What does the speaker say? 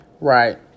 right